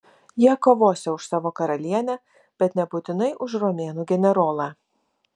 jie kovosią už savo karalienę bet nebūtinai už romėnų generolą